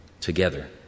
together